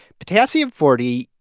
potassium forty,